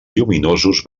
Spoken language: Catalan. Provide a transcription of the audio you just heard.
lluminosos